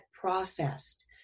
processed